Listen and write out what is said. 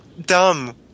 dumb